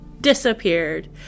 disappeared